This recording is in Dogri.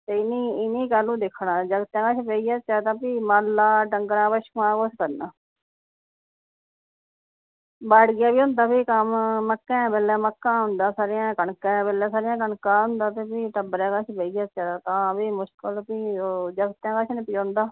ते इ'नें ई इनें ई कैह्लूं दिक्खना जागतें हत्थ पेई गे ते भी मालै दा डंगरें बच्छुआ कुस करना बाड़िया बी होंदा फ्ही कम्म मक्कें बेल्लै मक्कां होंदा सरेआं कनकै बेल्लै सरेआं कनका होंदा ते भी टब्बरै कश बेही जाचै ते तां भी मुश्कल तां फ्ही ओह् जगतें पासै निं पजोंदा